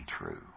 true